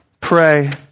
pray